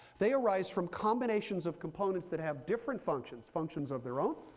they arise from combinations of components that have different functions, functions of their own,